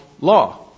law